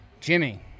Jimmy